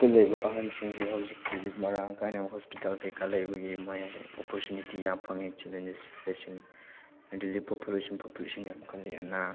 ꯇ ꯂꯩꯕ ꯑꯍꯜꯁꯤꯡꯁꯦ ꯍꯧꯖꯤꯛ ꯃꯔꯥꯡ ꯀꯥꯏꯅ ꯍꯣꯁꯄꯤꯇꯥꯜ ꯀꯩꯀꯥ ꯂꯩꯕꯒꯤ ꯃꯣꯏ ꯍꯧꯖꯤꯛ ꯑꯣꯄꯣꯔꯆꯨꯅꯤꯇꯤ ꯌꯥꯝ ꯐꯪꯉꯦ ꯆꯤꯂꯤꯅꯤꯁ ꯐꯦꯁꯤꯡ ꯄꯣꯄꯨꯂꯦꯁꯟ ꯌꯥꯝꯈꯠꯂꯛꯂꯦ ꯑꯅꯥ